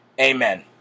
Amen